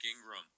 Ingram